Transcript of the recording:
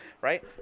right